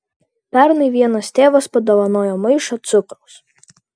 pernai vienas tėvas padovanojo maišą cukraus